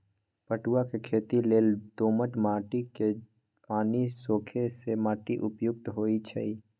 पटूआ के खेती लेल दोमट माटि जे पानि सोखे से माटि उपयुक्त होइ छइ